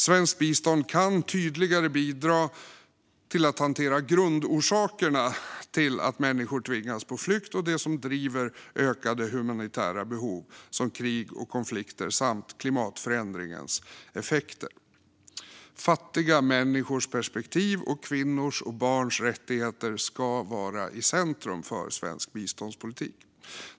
Svenskt bistånd kan bidra tydligare till att hantera grundorsakerna till att människor tvingas på flykt och det som driver ökade humanitära behov, som krig och konflikter samt klimatförändringens effekter. Fattiga människors perspektiv och kvinnors och barns rättigheter ska vara i centrum för svensk biståndspolitik.